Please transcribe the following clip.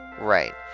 Right